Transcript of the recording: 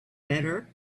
better